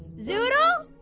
zoodle?